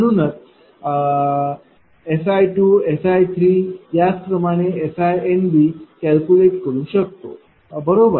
म्हणून आपण SI SI SI calculate करू शकतो बरोबर